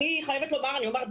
אני אומר,